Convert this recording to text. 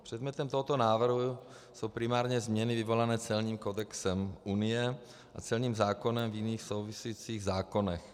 Předmětem tohoto návrhu jsou primárně změny vyvolané celním kodexem Unie a celním zákonem v jiných souvisejících zákonech.